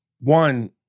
One